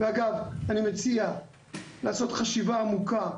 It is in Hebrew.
ואגב אני מציע לעשות חשיבה עמוקה,